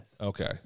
Okay